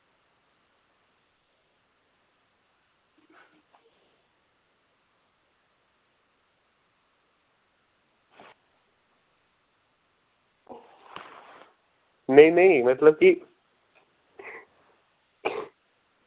नेईं नेईं मतलब कि